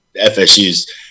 FSU's